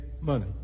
money